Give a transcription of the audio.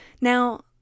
Now